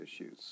issues